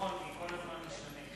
נכון, זה כל הזמן משתנה.